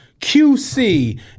QC